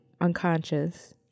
unconscious